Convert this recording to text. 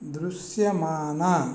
దృశ్యమాన